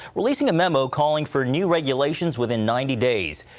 releasing a memo calling for new regulations within ninety days.